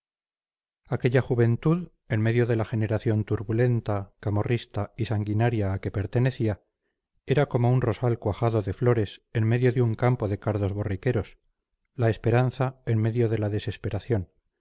aquella juventud en medio de la generación turbulenta camorrista y sanguinaria a que pertenecía era como un rosal cuajado de flores en medio de un campo de cardos borriqueros la esperanza en medio de la desesperación